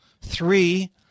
Three